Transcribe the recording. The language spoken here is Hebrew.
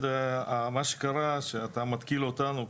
אתה מתקיל אותנו,